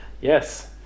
Yes